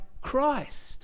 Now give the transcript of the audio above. Christ